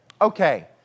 Okay